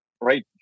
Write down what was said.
Right